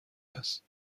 است